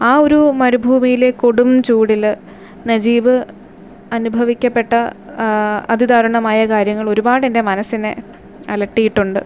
ആ ഒരു മരുഭൂമിയിലെ കൊടും ചൂടിൽ നജീബ് അനുഭവിക്കപ്പെട്ട അതിദാരുണമായ കാര്യങ്ങൾ ഒരുപാട് എൻ്റെ മനസിനെ അലട്ടിയിട്ടുണ്ട്